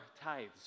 tithes